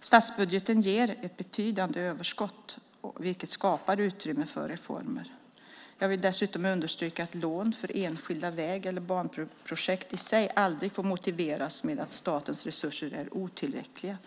Statsbudgeten ger ett betydande överskott, vilket skapar utrymme för reformer. Jag vill dessutom understryka att lån för enskilda väg eller banprojekt aldrig får motiveras med att statens resurser är otillräckliga.